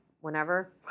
whenever